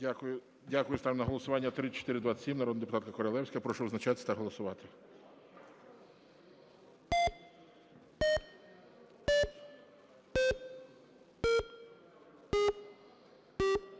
Дякую. Ставлю на голосування 3427, народна депутатка Королевська. Прошу визначатись та голосувати.